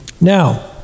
now